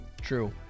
True